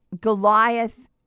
Goliath